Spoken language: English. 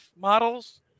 models